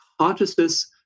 consciousness